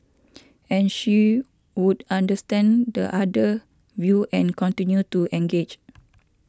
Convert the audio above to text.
and she would understand the other view and continue to engage